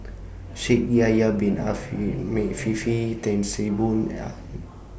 Shaikh Yahya Bin Ahmed Afifi Tan See Boo